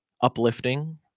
uplifting